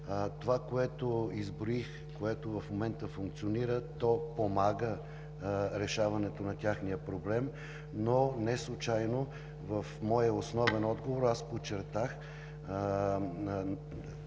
Това, което изброих и което в момента функционира, помага за решаването на техния проблем, но неслучайно в моя основен отговор аз подчертах